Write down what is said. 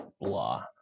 blah